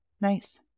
nice